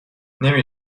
نمی